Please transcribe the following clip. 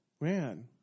Man